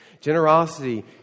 Generosity